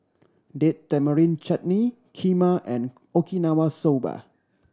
Date Tamarind Chutney Kheema and Okinawa Soba